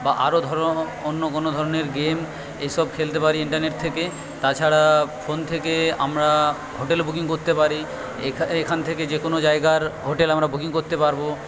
বা আরো ধরো অন্য কোনো ধরনের গেম এইসব খেলতে পারি ইন্টারনেট থেকে তাছাড়া ফোন থেকে আমরা হোটেল বুকিং করতে পারি এখান থেকে যে কোনো জায়গার হোটেল আমরা বুকিং করতে পারবো